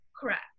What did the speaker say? Correct